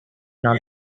not